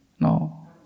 No